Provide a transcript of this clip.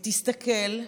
היא תסתכל,